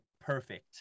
perfect